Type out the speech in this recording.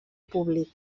públic